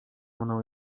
mną